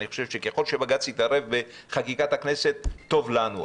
אני חושב שככל שבג"ץ לא יתערב בחקיקת הכנסת טוב לנו,